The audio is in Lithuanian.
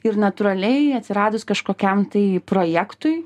ir natūraliai atsiradus kažkokiam tai projektui